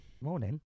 Morning